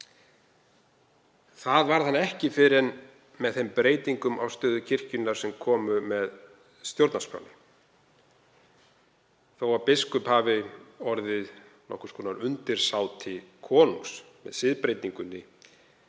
Það varð hann ekki fyrr en með þeim breytingum á stöðu kirkjunnar sem komu með stjórnarskránni. Þótt biskup hafi orðið nokkurs konar undirsáti konungs með siðbreytingunni